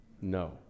No